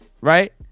Right